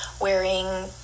wearing